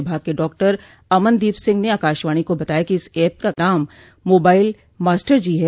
विभाग के डॉक्टर अमनदीप सिंह ने आकाशवाणी को बताया कि इस एप का नाम मोबाइल मास्टरजी है